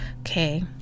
okay